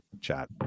chat